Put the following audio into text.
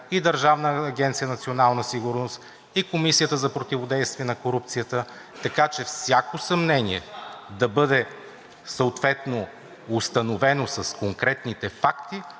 и Държавна агенция „Национална сигурност“, и Комисията за противодействие на корупцията, така че всяко съмнение да бъде установено с конкретните факти